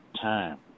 time